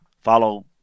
Follow